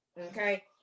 okay